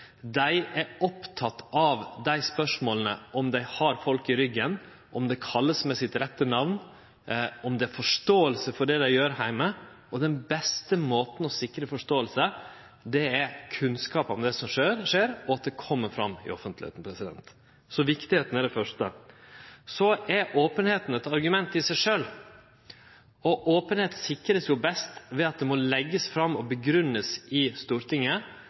av dei spørsmåla – om dei har folk i ryggen, om det vert kalla med sitt rette namn, om det er forståing heime for det dei gjer, og den beste måten å sikre forståing på er kunnskap om det som skjer, og at det kjem fram i offentlegheita. Så viktigheita er det første. Så er openheita eit argument i seg sjølv. Openheit vert sikra best ved at det må leggjast fram og grunngjevast i Stortinget,